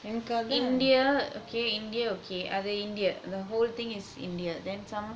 india okay india okay the whole thing is india then some more